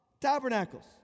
tabernacles